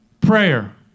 prayer